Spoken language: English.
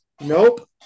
nope